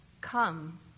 Come